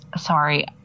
Sorry